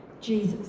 Jesus